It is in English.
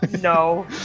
no